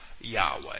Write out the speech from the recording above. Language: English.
Yahweh